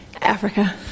Africa